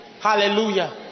Hallelujah